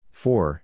four